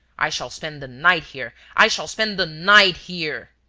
i shall spend the night here. i shall spend the night here.